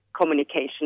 communication